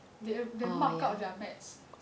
they mark out their mats